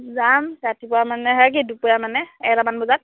যাম ৰাতিপুৱা মানে এই কি দুপৰীয়া মানে এটামান বজাত